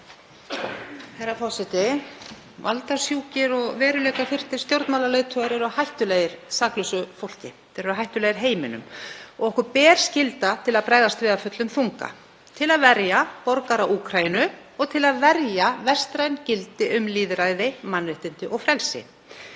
Herra forseti. Valdasjúkir og veruleikafirrtir stjórnmálaleiðtogar eru hættulegir saklausu fólki, þeir eru hættulegir heiminum. Okkur ber skylda til að bregðast við af fullum þunga til að verja borgara Úkraínu og til að verja vestræn gildi um lýðræði, mannréttindi og frelsi.